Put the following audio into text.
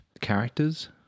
characters